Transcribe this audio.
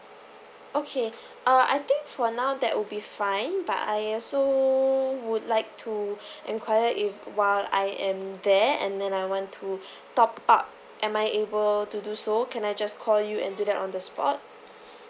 okay uh I think for now that would be fine but I also would like to enquire if while I am there and then I want to top up am I able to do so can I just call you and do that on the spot